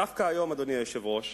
דווקא היום, אדוני היושב-ראש,